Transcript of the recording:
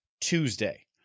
Tuesday